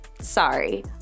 Sorry